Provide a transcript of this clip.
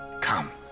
come.